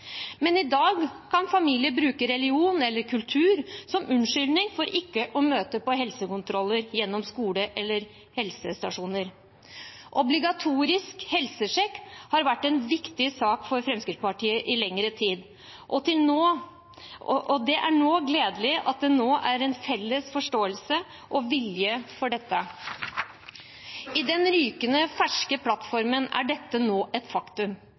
Men i dag kan familier bruke religion eller kultur som unnskyldning for ikke å møte på helsekontroller på skole eller helsestasjoner. Obligatorisk helsesjekk har vært en viktig sak for Fremskrittspartiet i lengre tid, og det er gledelig at det nå er en felles forståelse for og vilje til dette. I den rykende ferske plattformen er dette nå et faktum.